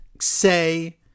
say